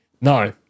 No